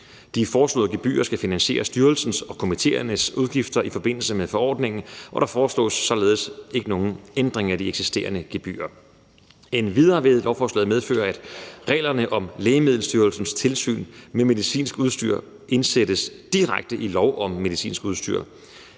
De foreslåede gebyrer skal finansiere styrelsens og komitéernes udgifter i forbindelse med forordningen, og der foreslås således ikke nogen ændring af de eksisterende gebyrer. Endvidere vil lovforslaget medføre, at reglerne om Lægemiddelstyrelsens tilsyn med medicinsk udstyr indsættes direkte i lov om medicinsk udstyr.